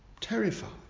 Terrified